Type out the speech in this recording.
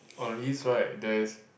on the east right there's